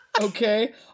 Okay